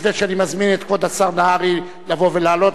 לפני שאני מזמין את כבוד השר נהרי לבוא ולעלות,